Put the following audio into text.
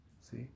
See